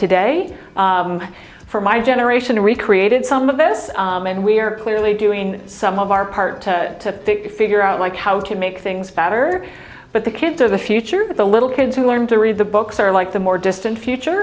today for my generation recreated some of this and we are clearly doing some of our part to figure out like how to make things better but the kids of the future the little kids who learned to read the books are like the more distant future